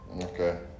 Okay